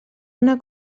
una